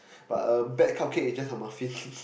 but a cupcake is just a muffin